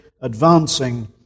advancing